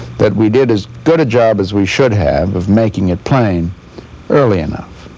that we did as good a job as we should have of making it plain early enough.